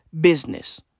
business